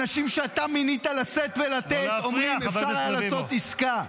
-- האנשים שאתה מינית לשאת ולתת אומרים: אפשר היה לעשות עסקה.